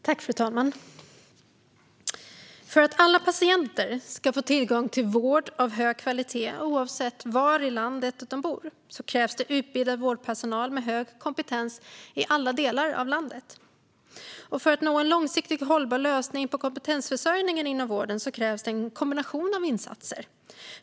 Fru talman! För att alla patienter ska få tillgång till vård av hög kvalitet oavsett var i landet de bor krävs det utbildad vårdpersonal med hög kompetens i alla delar av landet. För att nå en långsiktigt hållbar lösning på kompetensförsörjningen inom vården krävs det en kombination av insatser.